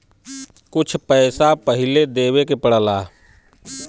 कुछ पैसा पहिले देवे के पड़ेला